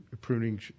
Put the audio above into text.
pruning